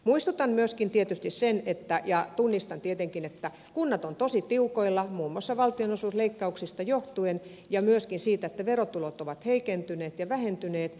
muistutan ja tunnistan myöskin tietysti sen että kunnat ovat tosi tiukoilla muun muassa valtionosuusleikkauksista ja myöskin siitä johtuen että verotulot ovat heikentyneet ja vähentyneet